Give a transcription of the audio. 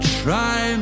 try